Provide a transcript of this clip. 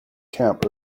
camp